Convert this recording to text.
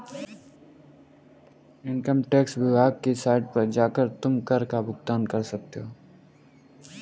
income tax विभाग की site पर जाकर तुम कर का भुगतान कर सकते हो